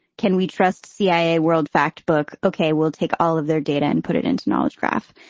can we trust cia world factbook? ok, we'll take all of their data and put it into knowledge graph.